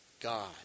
God